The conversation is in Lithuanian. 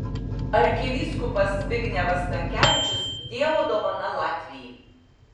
arkivyskupas zbignevas stankevičius dievo dovana latvijai